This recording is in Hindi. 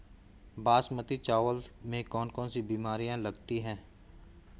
बासमती चावल में कौन कौन सी बीमारियां लगती हैं?